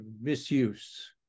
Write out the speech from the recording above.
misuse